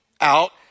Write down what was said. out